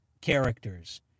characters